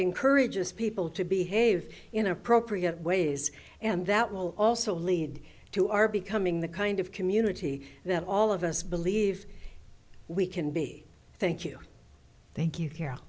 encourages people to behave in appropriate ways and that will also lead to our becoming the kind of community that all of us believe we can be thank you thank you